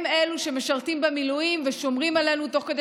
הם אלו שמשרתים במילואים ושומרים עלינו תוך כדי